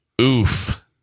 Oof